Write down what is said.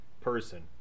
person